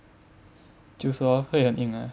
就说会很硬 ah